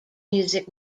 music